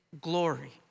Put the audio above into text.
glory